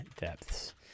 depths